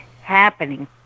happening